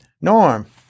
Norm